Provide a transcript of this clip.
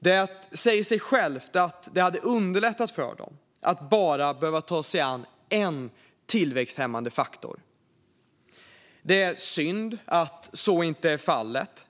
Det säger sig självt att det hade underlättat för dem att bara behöva ta sig an en tillväxthämmande faktor. Det är synd att så inte är fallet.